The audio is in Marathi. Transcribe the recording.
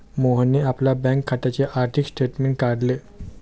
मोहनने आपल्या बँक खात्याचे आर्थिक स्टेटमेंट काढले